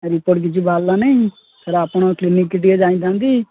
report କିଛି ବାହାରିଲାନି sir ଆପଣଙ୍କ କ୍ଲିନିକକୁ ଟିକେ ଯାଇଁଥାନ୍ତି